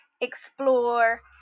explore